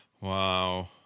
Wow